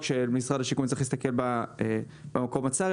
של משרד השיכון שצריך להסתכל במקום הצר,